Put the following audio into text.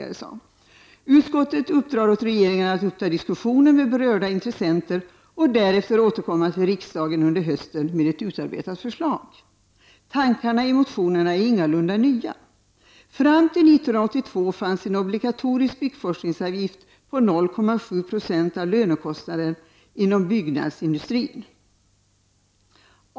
Utskottet uppdrar åt regeringen att uppta diskussioner med berörda intressenter och därefter återkomma till riksdagen under hösten med ett utarbetat förslag. Tankarna i motionerna är ingalunda nya. Fram till 1982 fanns en obligatorisk byggforskningsavgift på 0,7 26 av lönekostnaderna inom byggnadsindustrin.